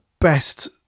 best